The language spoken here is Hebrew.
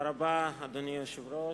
תודה רבה, אדוני היושב-ראש.